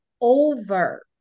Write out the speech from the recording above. over